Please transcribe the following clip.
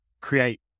create